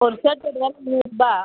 ஒரு ஷர்ட்டோடய வெலை நூறுரூபாய்